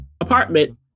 apartment